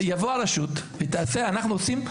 תבוא הרשות, אנחנו עושים.